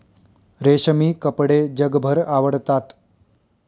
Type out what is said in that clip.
रेशमी कपडे जगभर आवडतात